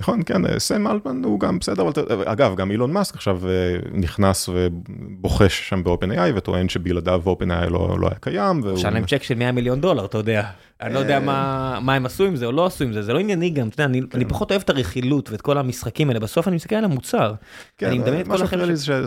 נכון כן סם אלטמן הוא גם בסדר אגב גם אילון מאסק עכשיו נכנס ובוחש שם בopenAI וטוען שבלעדיו openAI לא היה קיים. הוא רשם להם צ׳ק של 100 מיליון דולר אתה יודע. אני לא יודע מה הם עשו עם זה או לא עשו עם זה זה לא ענייני גם אני פחות אוהב את הרכילות ואת כל המשחקים האלה בסוף אני מסתכל על המוצר. אני מדמיין את